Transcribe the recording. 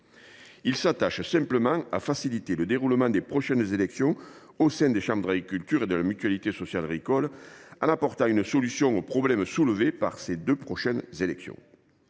Il prévoit simplement de faciliter le déroulement des prochaines élections au sein des chambres d’agriculture et de la mutualité sociale agricole, en apportant une solution aux problèmes soulevés par ces deux scrutins.